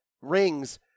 Rings